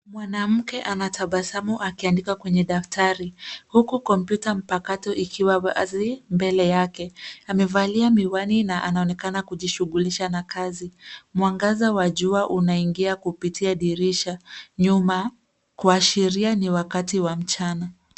Mwanamke anatabasamua akiandika kwenye daftari huku kompyuta mpakato ikiwa wazi mbele yake, amevalia miwani na anaonekana kujishugulisha na kazi. Mwangaza wa jua unaingia kupitia dirisha nyuma kuashiria ni wakati wa mchana.